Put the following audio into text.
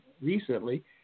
recently